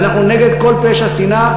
ואנחנו נגד כל פשע שנאה,